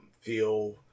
feel